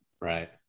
Right